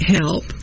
help